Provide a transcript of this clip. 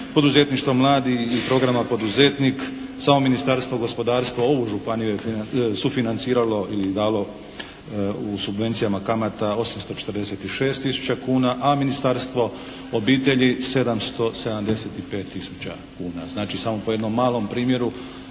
poduzetništva mladih i programa poduzetnik samo Ministarstvo gospodarstva ovu županiju je sufinanciralo ili dalo u subvencijama kamata 846 tisuća kuna, a Ministarstvo obitelji 775 tisuća kuna. Znači samo po jednom malom primjeru,